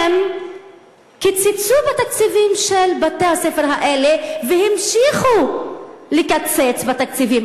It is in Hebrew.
הם קיצצו בתקציבים של בתי-הספר האלה והמשיכו לקצץ בתקציבים.